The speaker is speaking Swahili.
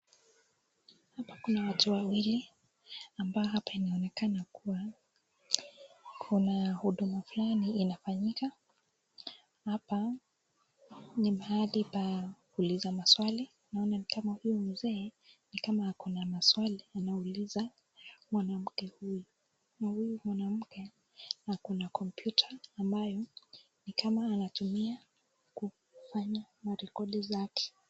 Hapa kuna watu wawili ambao hapa inaonekana kuna huduma fulani inafanyika. Hapa ni mahali pa kuuliza maswali, naona kama huyo mzee nikama ako na maswali anauliza mwanamke huyu. Na huyu mwanamke ako na kompyuta ambayo nikama anatumia kufanya marekodi zake.